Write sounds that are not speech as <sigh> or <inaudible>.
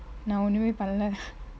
நா ஒன்னுமெ பன்னல:naa onnumee pannala <noise>